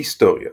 היסטוריה